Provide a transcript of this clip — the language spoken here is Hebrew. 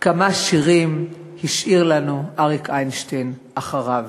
כמה שירים השאיר לנו אריק איינשטיין אחריו.